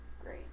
Great